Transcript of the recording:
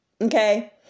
Okay